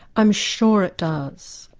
i'm sure it does.